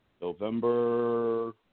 November